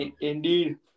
indeed